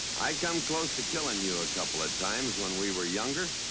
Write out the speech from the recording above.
i come close to killing you a couple of times, when we were younger.